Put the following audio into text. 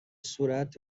صورت